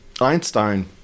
Einstein